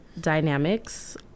dynamics